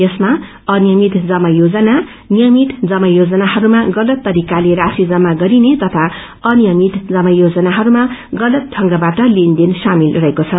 यसमा अनियमित जमा योजना नियमित जमा योजनाहरूमा गलत तरिकाले राशि जमा गरिने तथा अनियमित जमा योजनाहरूमा गलत ढंगबारे लेन देन शामिल रहेको छ